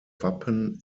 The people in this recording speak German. wappen